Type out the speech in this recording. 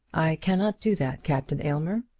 i cannot do that, captain aylmer.